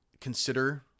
consider